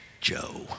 Joe